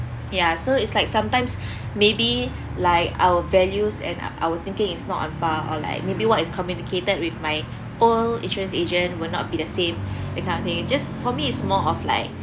ya so it's like sometimes maybe like our values and our thinking is not on par or like maybe what is communicated with my old insurance agent will not be the same that kind of thing just for me is more of like